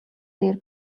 дээр